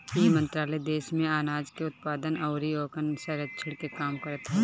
इ मंत्रालय देस में आनाज के उत्पादन अउरी ओकरी संरक्षण के काम करत हवे